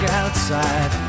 outside